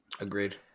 agreed